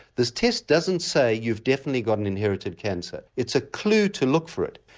this test doesn't say you've definitely got an inherited cancer it's a clue to look for it.